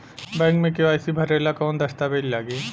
Bank मे KYC भरेला कवन दस्ता वेज लागी?